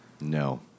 No